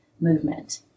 movement